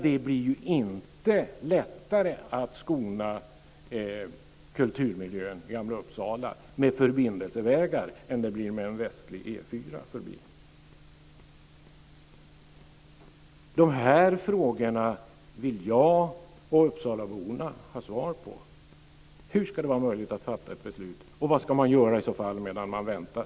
Det blir inte lättare att skona kulturmiljön i Gamla Uppsala med förbindelsevägar än det blir med en västlig E 4. Dessa frågor vill jag och uppsalaborna ha svar på. Hur ska det vara möjligt att fatta ett beslut, och vad ska man i så fall göra medan man väntar?